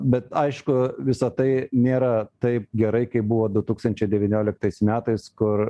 bet aišku visa tai nėra taip gerai kaip buvo du tūkstančiai devynioliktais metais kur